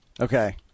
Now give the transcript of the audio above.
Okay